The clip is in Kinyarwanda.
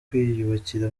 kwiyubakira